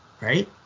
right